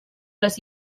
les